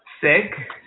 sick